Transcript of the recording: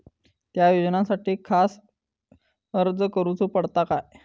त्या योजनासाठी खास अर्ज करूचो पडता काय?